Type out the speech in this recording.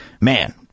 man